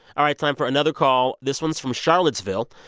all right. time for another call. this one's from charlottesville.